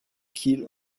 kiel